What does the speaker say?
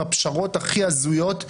עם הפשרות הכי הזויות,